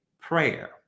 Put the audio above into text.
prayer